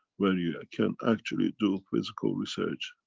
where you can actually do physical research.